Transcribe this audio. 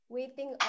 Waiting